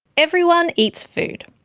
everyone eats food.